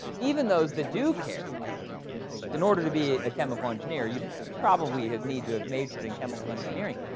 even those that do care, like you know in order to be a chemical engineer, you probably have need to have majored in chemical engineering.